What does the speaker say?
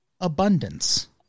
abundance